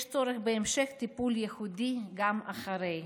יש צורך בהמשך טיפול ייחודי גם אחרי.